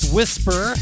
Whisper